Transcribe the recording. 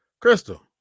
Crystal